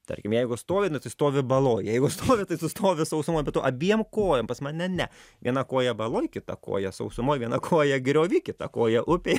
tarkim jeigu stovi nu tai stovi baloj jeigu stovi tai tu stovi sausumoj bet tu abiem kojom pas mane ne viena koja baloj kitą koją sausumoj viena koja griovy kitą koją upėj